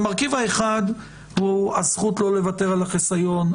מרכיב אחד הוא הזכות לא לוותר על החיסיון.